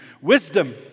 Wisdom